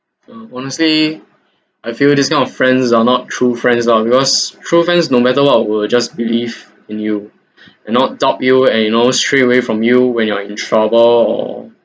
uh honestly I feel this kind of friends are not true friends ah because true friends no matter what will just believe in you and not doubt you and you know stay away from you when you are